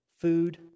food